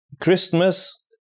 christmas